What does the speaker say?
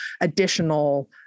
additional